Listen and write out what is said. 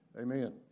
Amen